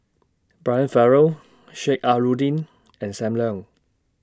Brian Farrell Sheik Alau'ddin and SAM Leong